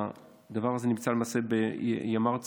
הדבר הזה נמצא למעשה בימ"ר צפון.